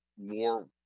war